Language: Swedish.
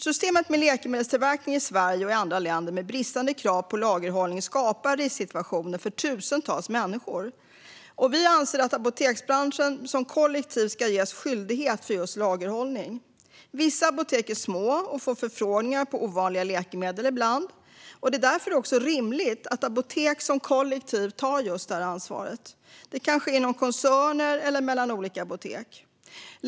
Systemet för läkemedelstillverkning i Sverige och i andra länder med bristande krav på lagerhållning skapar risksituationer för tusentals människor. Vi anser att apoteksbranschen som kollektiv ska ges skyldighet just när det gäller lagerhållning. Vissa apotek är små och får ibland förfrågningar om ovanliga läkemedel. Det är därför rimligt att apotek som kollektiv tar detta ansvar, kanske inom koncerner eller mellan olika apotek.